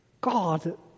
God